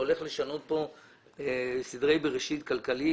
אירוע שהולך לשנות כאן סדרי בראשית כלכליים.